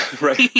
right